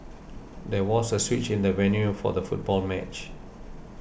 there was a switch in the venue for the football match